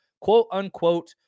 quote-unquote